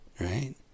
Right